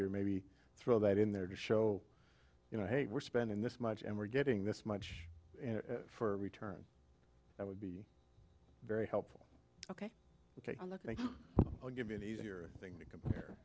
year maybe throw that in there to show you know hey we're spending this much and we're getting this much for return that would be very helpful ok ok i'll give you an easier thing to compare